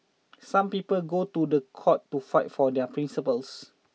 some people go to the court to fight for their principles